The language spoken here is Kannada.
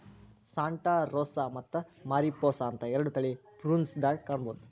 ಸಾಂಟಾ ರೋಸಾ ಮತ್ತ ಮಾರಿಪೋಸಾ ಅಂತ ಎರಡು ತಳಿ ಪ್ರುನ್ಸ್ ದಾಗ ಕಾಣಬಹುದ